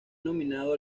nominado